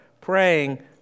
praying